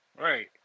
Right